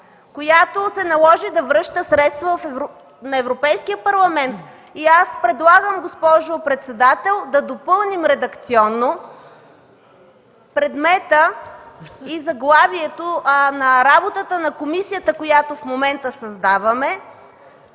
която се наложи да връща средства на Европейския парламент? Аз предлагам, госпожо председател, да допълним редакционно предмета на дейност и заглавието на комисията, която в момента създаваме,